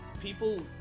people